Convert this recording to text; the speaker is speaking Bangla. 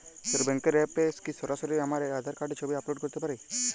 ব্যাংকের অ্যাপ এ কি সরাসরি আমার আঁধার কার্ডের ছবি আপলোড করতে পারি?